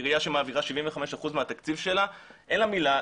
עירייה שמעבירה 75% מהתקציב שלה אין לה מילה,